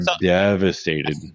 devastated